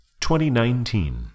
2019